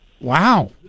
Wow